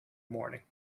morning